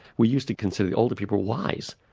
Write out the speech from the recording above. we used to consider the older people wise,